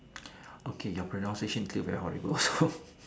okay your pronunciation clear very horrible